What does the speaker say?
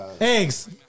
Eggs